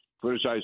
criticize